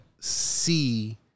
see